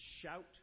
shout